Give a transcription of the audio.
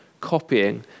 copying